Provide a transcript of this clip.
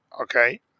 Okay